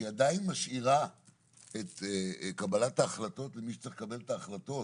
שהיא עדיין משאירה את קבלת ההחלטות למי שצריך לקבל את ההחלטות,